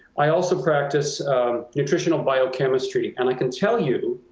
i also practice nutritional biochemistry. and i can tell you